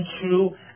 true